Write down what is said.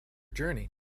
journey